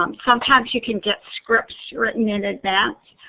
um sometimes you can get scripts written in advance,